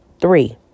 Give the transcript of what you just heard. Three